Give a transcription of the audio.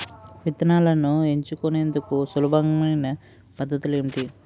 విత్తనాలను ఎంచుకునేందుకు సులభమైన పద్ధతులు ఏంటి?